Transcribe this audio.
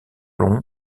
long